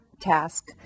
task